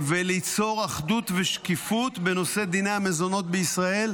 וליצור אחדות ושקיפות בנושא דיני המזונות בישראל,